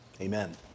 Amen